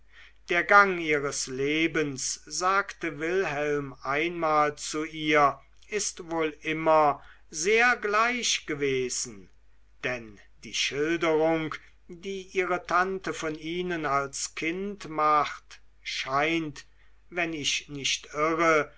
der gang ihres lebens sagte wilhelm einmal zu ihr ist wohl immer sehr gleich gewesen denn die schilderung die ihre tante von ihnen als kind macht scheint wenn ich nicht irre